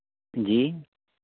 जी